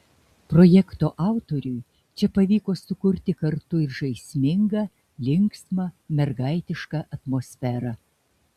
projekto autoriui čia pavyko sukurti kartu ir žaismingą linksmą mergaitišką atmosferą